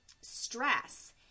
stress